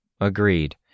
Agreed